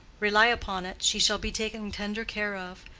rely upon it, she shall be taken tender care of.